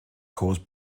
caused